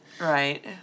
Right